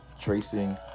tracing